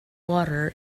water